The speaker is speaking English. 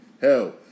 Hell